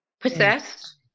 possessed